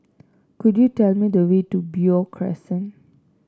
could you tell me the way to Beo Crescent